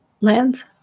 lands